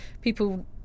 People